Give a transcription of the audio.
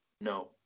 no